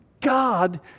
God